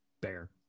bear